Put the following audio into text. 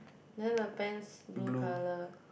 then the pants blue color